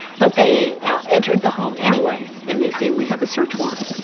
but they entered the home anyway. and they say, we have a search warrant.